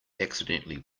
accidentally